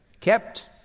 Kept